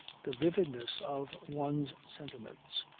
the vividness of one's sentiments.